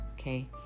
Okay